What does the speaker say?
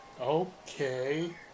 okay